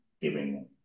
giving